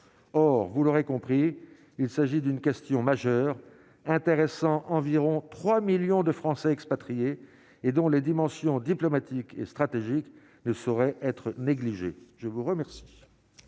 or vous l'aurez compris, il s'agit d'une question majeure intéressant environ 3 millions de Français expatriés et dont les dimensions diplomatique et stratégique ne saurait être négligé, je vous remercie.